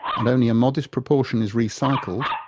and only a modest proportion is recycled,